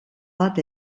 bat